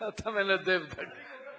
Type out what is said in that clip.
מה אתה מנדב, אני כל כך נהנה.